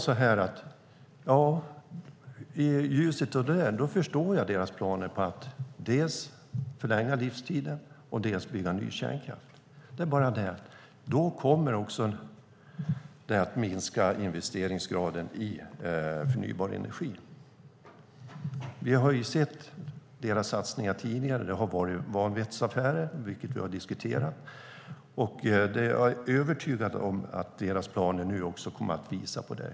I ljuset av detta förstår jag deras planer på att dels förlänga livstiden, dels bygga ny kärnkraft. Det är bara det att det kommer att minska investeringsgraden när det gäller förnybar energi. Vi har sett deras satsningar tidigare. Det har varit vanvettsaffärer, vilket vi har diskuterat. Jag är övertygad om att deras planer nu också kommer att visa på det.